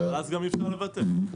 ואז גם אפשר לבטל.